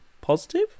positive